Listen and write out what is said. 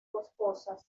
boscosas